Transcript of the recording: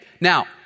Now